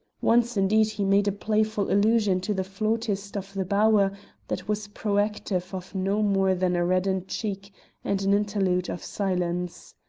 once, indeed, he made a playful allusion to the flautist of the bower that was provocative of no more than a reddened cheek and an interlude of silence.